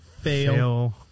fail